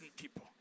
people